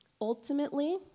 Ultimately